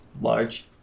Large